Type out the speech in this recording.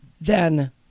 then-